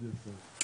יש גם ועדת בריאות,